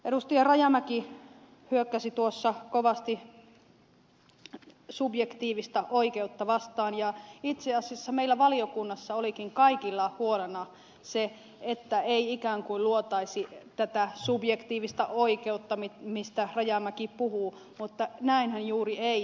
rajamäki hyökkäsi kovasti subjektiivista oikeutta vastaan ja itse asiassa meillä valiokunnassa olikin kaikilla huolena se että ei ikään kuin luotaisi tätä subjektiivista oikeutta mistä rajamäki puhuu mutta näinhän juuri ei tehty